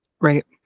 right